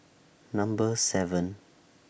Number seven